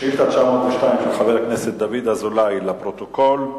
שאילתא 902 של חבר הכנסת דוד אזולאי, לפרוטוקול.